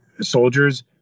soldiers